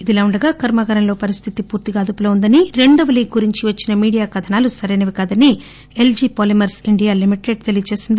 ఇలా ఉండగా కర్మాగారంలో పరిస్లితి పూర్తిగా అదుపులో ఉందని రెండవ లీక్ గురించి వచ్చిన మీడియా కథనాలు సరైనవి కాదని ఎల్షి పాలీమర్స్ ఇండియా లిమిటెడ్ తెలియచేసింది